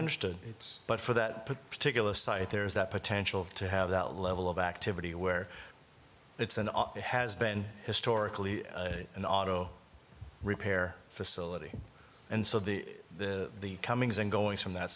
understood it but for that particular site there is that potential to have that level of activity where it's an op that has been historically an auto repair facility and so the the comings and goings from that